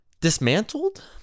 dismantled